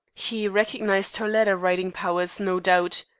he recognized her letter-writing powers, no doubt.